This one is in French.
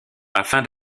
afin